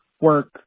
work